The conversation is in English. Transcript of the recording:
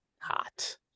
hot